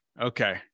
Okay